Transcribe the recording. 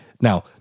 Now